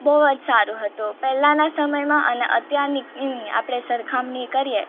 બહુ જ સારું હતું પહેલાના સમયમાં અને અત્યારની એની આપણે સરખામણી કરીએ